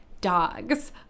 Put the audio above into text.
dogs